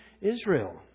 Israel